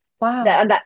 Wow